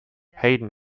hayden